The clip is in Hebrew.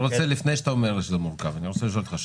לפני שאתה אומר שהוא מורכב, אני רוצה לשאול אותך: